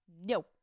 no